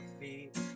feet